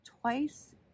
twice